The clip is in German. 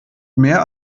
mehr